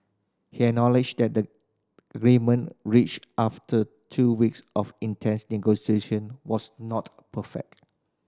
he acknowledged that the agreement reached after two weeks of intense negotiation was not perfect